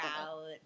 out